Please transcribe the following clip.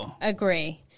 Agree